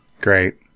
Great